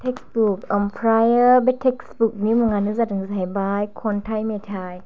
textbook ओमफ्रायो बे टेक्सबुकनि मुङानो जादों जाहैबाय खन्थाइ मेथाइ